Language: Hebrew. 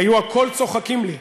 היו הכול צוחקים לי.